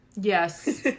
Yes